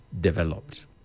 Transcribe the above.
developed